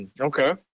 Okay